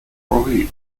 prevails